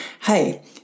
Hey